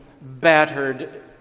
battered